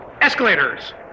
Escalators